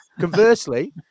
Conversely